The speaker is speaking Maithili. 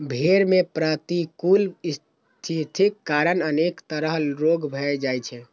भेड़ मे प्रतिकूल स्थितिक कारण अनेक तरह रोग भए जाइ छै